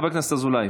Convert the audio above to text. חבר הכנסת אזולאי.